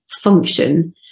function